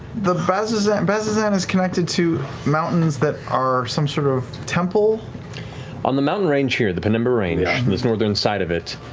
the bazzoxan, bazzoxan is connected to, mountains that are some sort of temple. matt on the mountain range here, the penumbra range, this northern side of it.